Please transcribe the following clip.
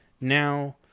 now